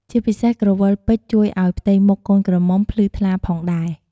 ជាពិសេសក្រវិលពេជ្រជួយឲ្យផ្ទៃមុខកូនក្រមុំភ្លឺថ្លាផងដែរ។